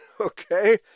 Okay